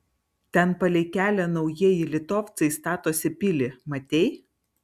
ten palei kelią naujieji litovcai statosi pilį matei